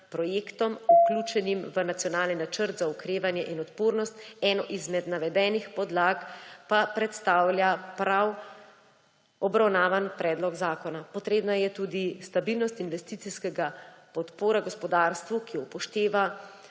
projektom, vključenim v Nacionalni načrt za okrevanje in odpornost, eno izmed navedenih podlag pa predstavlja prav obravnavani predlog zakona. Potrebna je tudi stabilnost investicijske podpore gospodarstvu, ki upošteva